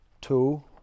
two